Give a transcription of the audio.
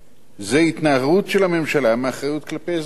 זה התנערות של הממשלה מאחריות כלפי אזרחיה.